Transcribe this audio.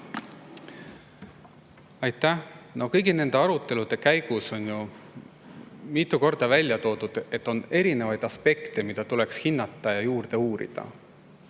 Aitäh! No kõigi nende arutelude käigus on ju mitu korda välja toodud, et on erinevaid aspekte, mida tuleks hinnata ja rohkem uurida.